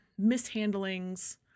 mishandlings